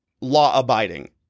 law-abiding